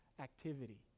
activity